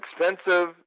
expensive